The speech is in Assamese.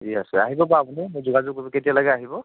ঠিক আছে আহি যাব আপুনি মোক যোগাযোগ কৰিব আপুনি কেতিয়ালৈকে আহিব